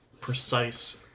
precise